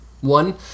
One